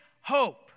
hope